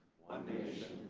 one nation,